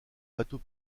bateau